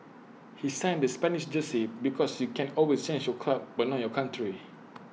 he signed the Spanish jersey because you can always change your club but not your country